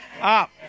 up